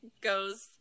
goes